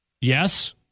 Yes